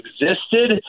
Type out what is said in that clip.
existed